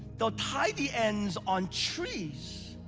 they'll tie the ends on trees.